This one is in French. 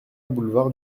boulevard